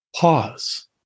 Pause